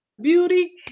beauty